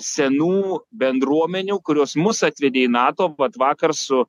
senų bendruomenių kurios mus atvedė į nato vat vakar su